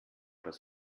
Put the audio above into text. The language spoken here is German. das